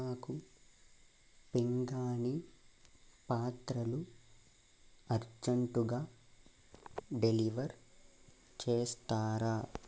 నాకు పింగాణీ పాత్రలు అర్జెంటుగా డెలివర్ చేస్తారా